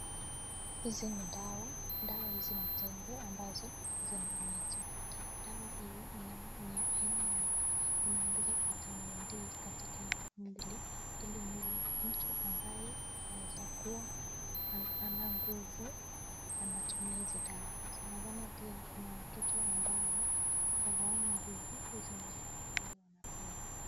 Hizi ni dawa. Dawa hizi ni tembe ambazo zina mezwa. Dawa hii ni ya aina ya inaongeza Vitamin D katika mwili. Ili mwili mtu ambaye anaweza kuwa ana nguvu, anatumia hizi dawa. Sanasana pia kuna watoto ambao hawana nguvu, hizi ndio dawa wanawapewa.